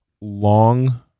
long